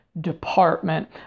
department